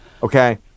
Okay